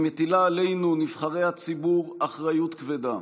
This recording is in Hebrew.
היא מטילה עלינו, נבחרי הציבור, אחריות כבדה